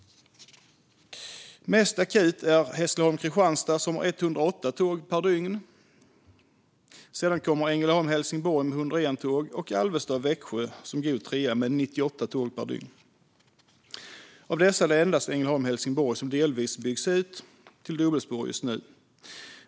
Mest akut är sträckan Hässleholm-Kristianstad, som har 108 tåg per dygn, sedan kommer sträckan Ängelholm-Helsingborg med 101 tåg och sedan sträckan Alvesta-Växjö som god trea med 98 tåg per dygn. Av dessa är det endast sträckan Ängelholm-Helsingborg som delvis byggs ut till dubbelspår just nu.